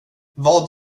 vad